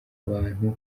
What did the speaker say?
abantu